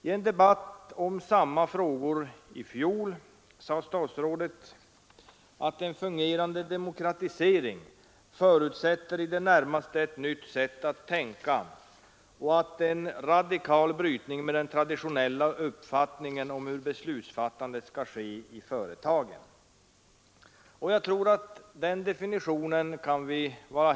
I en debatt om samma frågor i fjol sade statsrådet att en fungerande demokratisering förutsätter i det närmaste ett nytt sätt att tänka och en ”radikal brytning med den traditionella uppfattningen om hur beslutsfattande skall ske i företagen”. Vi kan vara överens om att den definitionen är riktig.